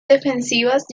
defensivas